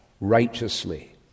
righteously